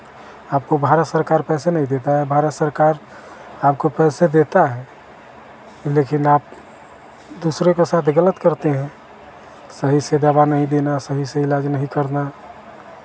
आपको भारत सरकार पैसे नहीं देता है भारत सरकार आपको पैसे देता है लेकिन आप दूसरे के साथ ग़लत करते हैं सही से दवा नहीं देना सही से इलाज नहीं करना